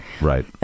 Right